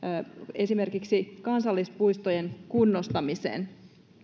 esimerkiksi kansallispuistojen kunnostamiseen